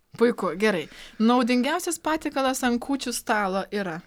puiku gerai naudingiausias patiekalas ant kūčių stalo yra